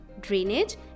drainage